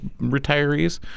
retirees